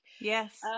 Yes